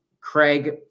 Craig